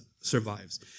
survives